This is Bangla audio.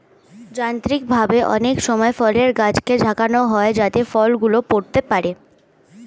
যান্ত্রিকভাবে অনেক সময় ফলের গাছকে ঝাঁকানো হয় যাতে ফল গুলো পড়তে পারে